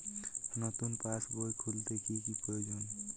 নতুন পাশবই খুলতে কি কি প্রয়োজন?